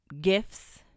gifts